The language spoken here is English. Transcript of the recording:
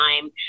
time